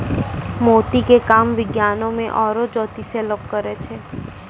मोती के काम विज्ञानोॅ में आरो जोतिसें लोग करै छै